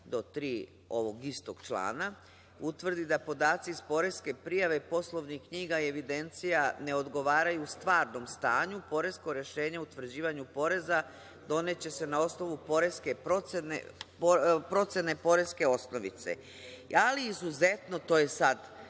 do 3. ovog istog člana utvrdi da podaci iz poreske prijave poslovnih knjiga i evidencija ne odgovaraju stvarnom stanju, poresko rešenje o utvrđivanju poreza doneće se na osnovu poreske procene, procene poreske osnovice. Ali, izuzetno, to je sad